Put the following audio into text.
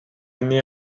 année